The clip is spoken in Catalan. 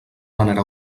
manera